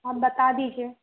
आप बता दीजिए